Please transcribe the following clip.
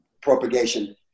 propagation